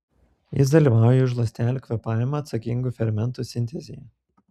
jis dalyvauja už ląstelių kvėpavimą atsakingų fermentų sintezėje